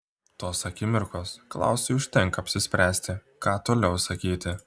tos akimirkos klausui užtenka apsispręsti ką toliau sakyti